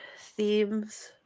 themes